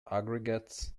aggregates